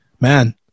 man